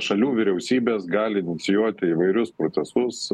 šalių vyriausybės gali inicijuoti įvairius procesus